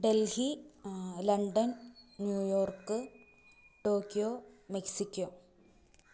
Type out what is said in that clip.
Delhi London New York Tokyo Mexico